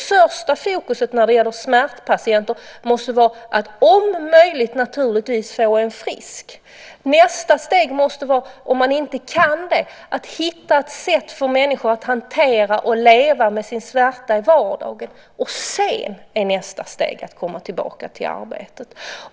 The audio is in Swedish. Första fokus när det gäller smärtpatienter måste vara att om möjligt naturligtvis göra dem friska. Nästa steg - om patienten inte blir frisk - måste vara att hitta ett sätt för människor att hantera och leva med smärtan i vardagen. Sedan är nästa steg att komma tillbaka till arbetet.